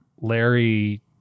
larry